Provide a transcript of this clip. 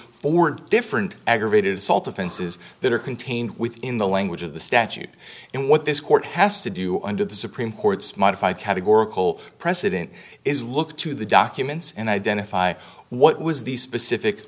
four different aggravated assault offenses that are contained within the language of the statute and what this court has to do under the supreme court's modified categorical precedent is look to the documents and identify what was the specific